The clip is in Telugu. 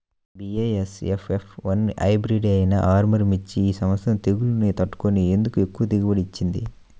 బీ.ఏ.ఎస్.ఎఫ్ ఎఫ్ వన్ హైబ్రిడ్ అయినా ఆర్ముర్ మిర్చి ఈ సంవత్సరం తెగుళ్లును తట్టుకొని ఎందుకు ఎక్కువ దిగుబడి ఇచ్చింది?